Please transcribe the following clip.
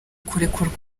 kurekurwa